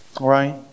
right